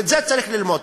ואת זה צריך ללמוד.